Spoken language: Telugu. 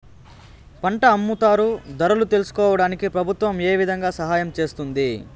పంట అమ్ముతారు ధరలు తెలుసుకోవడానికి ప్రభుత్వం ఏ విధంగా సహాయం చేస్తుంది?